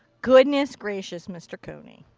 goodness gracious mr. cooney.